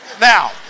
Now